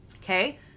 Okay